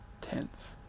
tense